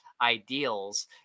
ideals